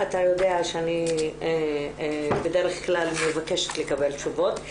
אתה יודע שאני בדרך כלל מבקשת לקבל תשובות.